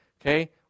Okay